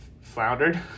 floundered